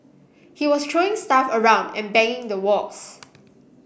he was throwing stuff around and banging the walls